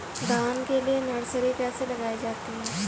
धान के लिए नर्सरी कैसे लगाई जाती है?